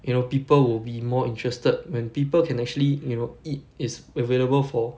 you know people will be more interested when people can actually you know eat it's available for